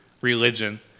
religion